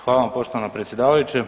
Hvala vam poštovana predsjedavajuća.